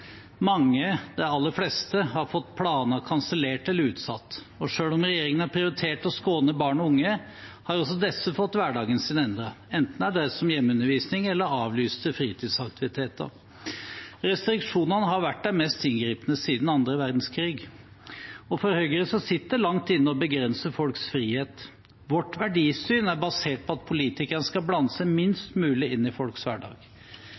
Mange, de aller fleste, har fått planer kansellert eller utsatt. Selv om regjeringen har prioritert å skåne barn og unge, har også disse fått hverdagen sin endret, enten det har dreid seg om hjemmeundervisning eller avlyste fritidsaktiviteter. Restriksjonene har vært de mest inngripende siden annen verdenskrig. For Høyre sitter det langt inne å begrense folks frihet. Vårt verdisyn er basert på at politikerne skal blande seg minst mulig inn i folks hverdag.